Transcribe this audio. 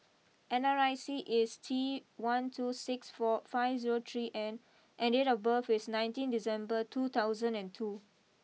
N R I C is T one two six four five zero three N and date of birth is nineteen December two thousand and two